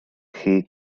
chi